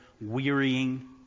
wearying